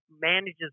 manages